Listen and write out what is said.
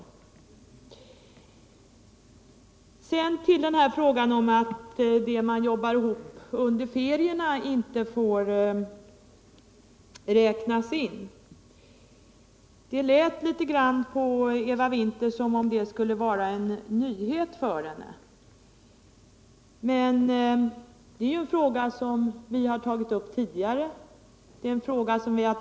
7 april 1978 Vad gäller frågan om att det som de studerande jobbar ihop under ferierna inte får räknas in lät det som om detta förhållande var en nyhet för Eva | SR pA Handläggningen Winther. Men den frågan har vi tagit upp tidigare i våra motioner.